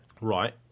Right